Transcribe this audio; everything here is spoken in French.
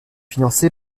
financé